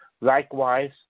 Likewise